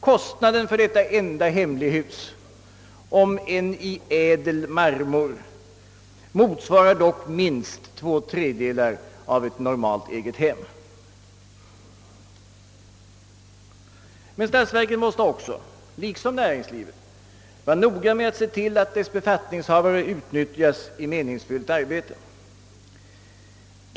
Kostnaden för detta enda hemligrum — om än i ädel marmor — motsvarar dock minst två tredjedelar av kostnaden för ett normalt eget hem. Statsverket måste också, liksom näringslivet, vara noga med att se till att dess befattningshavare utnyttjas i meningsfyllt arbete.